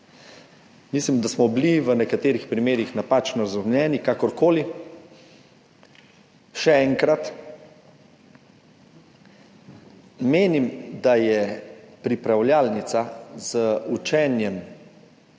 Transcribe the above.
Mislim, da smo bili v nekaterih primerih napačno razumljeni, kakorkoli, še enkrat, menim, da je pripravljalnica z učenjem